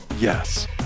yes